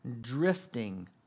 drifting